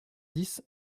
dix